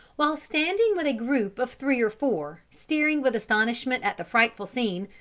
while standing with a group of three or four, staring with astonishment at the frightful scene,